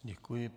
Děkuji.